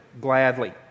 gladly